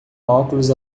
óculos